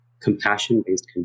compassion-based